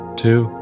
two